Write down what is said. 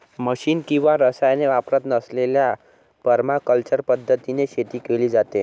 machine किंवा रसायने वापरत नसलेल्या परमाकल्चर पद्धतीने शेती केली जाते